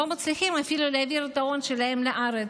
ולא מצליחים אפילו להעביר את ההון שלהם לארץ.